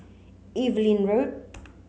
Evelyn Road